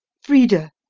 frida,